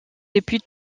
depuis